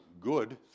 good